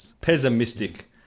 Pessimistic